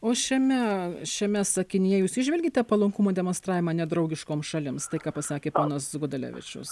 o šiame šiame sakinyje jūs įžvelgiate palankumo demonstravimą nedraugiškoms šalims tai ką pasakė ponas gudalevičius